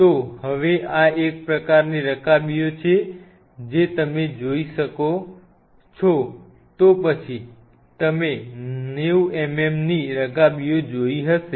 તો હવે આ એક પ્રકારની રકાબીઓ છે જે તમે જોઈ હશે તો પછી તમે 90 mm ની રકાબીઓ જોઈ હશે